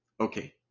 Okay